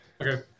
Okay